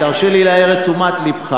חבר הכנסת גפני, תרשה לי להעיר את תשומת לבך.